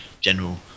general